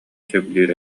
сөбүлүүр